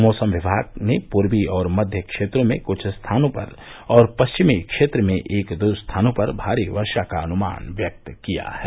मौसम विमाग ने पूर्वी और मध्य क्षेत्रों में कुछ स्थानों पर और पश्चिमी क्षेत्र में एक दो स्थानों पर भारी वर्षा का अनुमान व्यक्त किया है